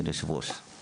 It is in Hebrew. אדוני היושב-ראש, בבקשה.